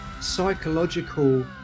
psychological